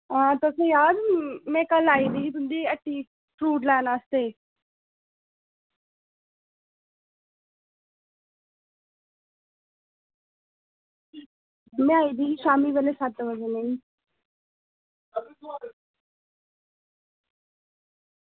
आं तुसें ई याद ऐ निं में कल्ल आई दी तुं'दी हट्टी फ्रूट लैने आस्तै में आई दी ही शामीं बेल्लै सत्त बजे